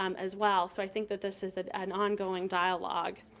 um as well, so i think that this is ah an ongoing dialogue.